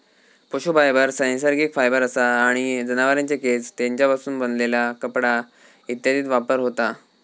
पशू फायबर नैसर्गिक फायबर असा आणि जनावरांचे केस, तेंच्यापासून बनलेला कपडा इत्यादीत वापर होता